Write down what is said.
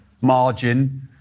margin